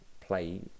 play